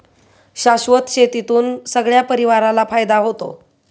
शाश्वत शेतीतून सगळ्या परिवाराला फायदा होतो